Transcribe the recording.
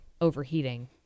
overheating –